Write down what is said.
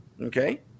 okay